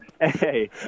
Hey